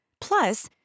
Plus